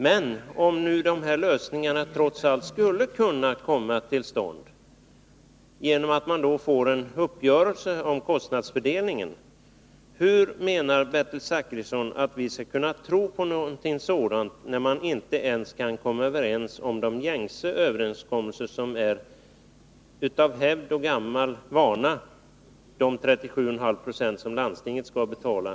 Men om nu de här lösningarna trots allt skulle kunna komma till stånd genom en uppgörelse om kostnadsfördelningen, hur menar Bertil Zachrisson då att vi skall kunna tro på den möjligheten? Man kan ju inte ens komma fram till sådana överenskommelser som av hävd träffats om att landstinget skall betala 37,5 70.